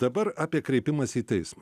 dabar apie kreipimąsi į teismą